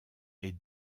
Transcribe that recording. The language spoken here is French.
est